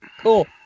Cool